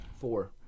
Four